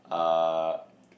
uh